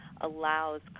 allows